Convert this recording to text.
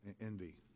envy